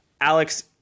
Alex